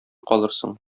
калырсың